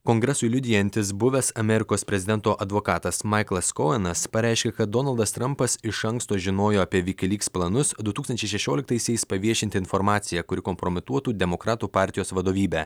kongresui liudijantis buvęs amerikos prezidento advokatas maiklas kojenas pareiškė kad donaldas trampas iš anksto žinojo apie viki lyks planus du tūkstančiai šešioliktaisiais paviešinti informaciją kuri kompromituotų demokratų partijos vadovybę